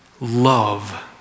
love